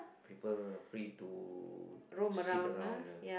people free to sit around ya